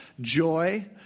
joy